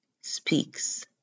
speaks